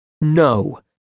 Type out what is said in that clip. No